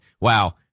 Wow